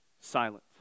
silent